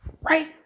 right